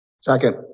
Second